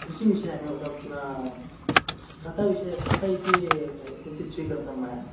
कृषिविषयाः वदामि न कृषिविषये खाता इति किञ्चित् स्वीकृतं मया